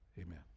amen